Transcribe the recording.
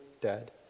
dead